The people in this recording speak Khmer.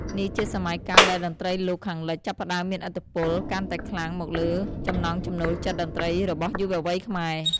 នេះជាសម័យកាលដែលតន្ត្រីលោកខាងលិចចាប់ផ្តើមមានឥទ្ធិពលកាន់តែខ្លាំងមកលើចំណង់ចំណូលចិត្តតន្ត្រីរបស់យុវវ័យខ្មែរ។